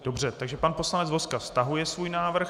Dobře, pan poslanec Vozka stahuje svůj návrh.